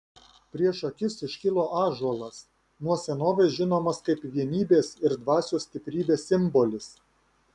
prieš akis iškilo ąžuolas nuo senovės žinomas kaip vienybės ir dvasios stiprybės simbolis